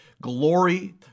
Glory